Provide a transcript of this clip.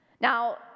Now